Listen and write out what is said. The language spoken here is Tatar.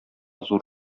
зур